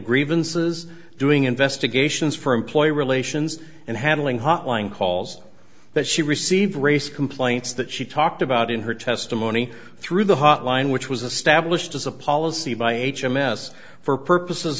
grievances doing investigations for employee relations and handling hotline calls that she received race complaints that she talked about in her testimony through the hotline which was a stablished as a policy by h m s for purposes